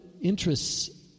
interests